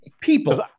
people